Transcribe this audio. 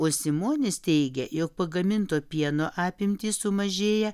o simonis teigia jog pagaminto pieno apimtys sumažėja